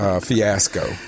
Fiasco